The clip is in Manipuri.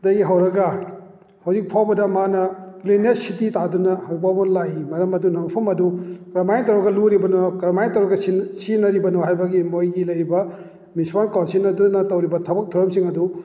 ꯗꯒꯤ ꯍꯧꯔꯒ ꯍꯧꯖꯤꯛ ꯐꯥꯎꯕꯗ ꯃꯥꯅ ꯀ꯭ꯂꯤꯟꯅꯦꯁ ꯁꯤꯇꯤ ꯇꯥꯗꯨꯅ ꯍꯧꯖꯤꯛ ꯐꯥꯎꯕ ꯂꯥꯛꯏ ꯃꯔꯝ ꯑꯗꯨꯅ ꯃꯐꯝ ꯑꯗꯨ ꯀꯔꯃꯥꯏꯅ ꯇꯧꯔꯒ ꯂꯨꯔꯤꯕꯅꯣ ꯀꯔꯃꯥꯏꯅ ꯇꯧꯔꯒ ꯁꯤꯖꯤꯟꯅꯔꯤꯕꯅꯣ ꯍꯥꯏꯕꯒꯤ ꯃꯣꯏꯒꯤ ꯂꯩꯔꯤꯕ ꯃ꯭ꯌꯨꯅꯤꯁꯤꯄꯥꯜ ꯀꯥꯎꯟꯁꯤꯜ ꯑꯗꯨꯅ ꯇꯧꯔꯤꯕ ꯊꯕꯛ ꯊꯧꯔꯝꯁꯤꯡ ꯑꯗꯨ